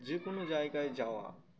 যে কোনো জায়গায় যাওয়া